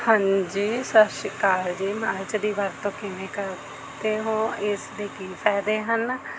ਹਾਂਜੀ ਸਤਿ ਸ਼੍ਰੀ ਅਕਾਲ ਜੀ ਮਲਚ ਦੀ ਵਰਤੋਂ ਕਿਵੇਂ ਕਰਦੇ ਹੋ ਇਸਦੇ ਕੀ ਫਾਇਦੇ ਹਨ